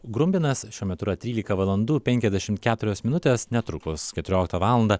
grumbinas šiuo metu yra trylika valandų penkiasdešimt keturios minutės netrukus keturioliktą valandą